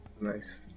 nice